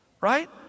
Right